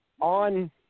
on –